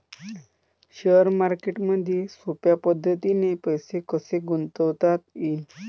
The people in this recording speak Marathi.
शेअर मार्केटमधी सोप्या पद्धतीने पैसे कसे गुंतवता येईन?